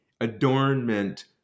adornment